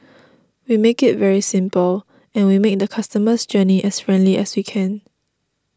we make it very simple and we make the customer's journey as friendly as we can